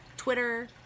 Twitter